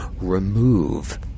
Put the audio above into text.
remove